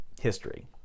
history